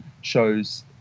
shows